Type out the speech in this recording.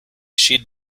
sheet